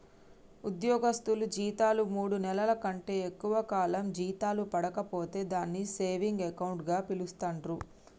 ఉద్యోగస్తులు జీతాలు మూడు నెలల కంటే ఎక్కువ కాలం జీతాలు పడక పోతే దాన్ని సేవింగ్ అకౌంట్ గా పిలుస్తాండ్రు